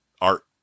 art